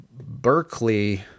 Berkeley